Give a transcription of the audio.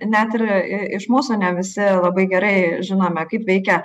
net ir iš mūsų ne visi labai gerai žinome kaip veikia